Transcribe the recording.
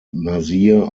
nasir